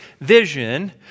vision